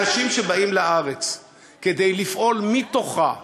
אנשים שבאים לארץ כדי לפעול מתוכה כנגדה,